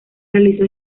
realizó